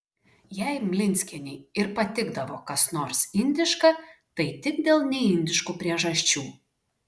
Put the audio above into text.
jei mlinskienei ir patikdavo kas nors indiška tai tik dėl neindiškų priežasčių